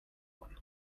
one